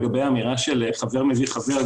לגבי האמירה שחבר מביא חבר,